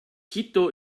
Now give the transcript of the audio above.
quito